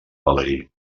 valeri